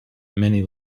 many